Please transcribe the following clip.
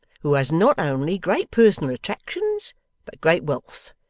who has not only great personal attractions but great wealth,